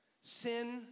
Sin